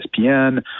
ESPN